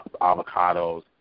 avocados